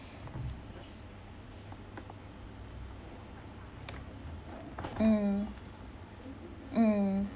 mm mm